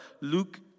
Luke